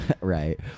right